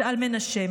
טל מנשה,